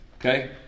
Okay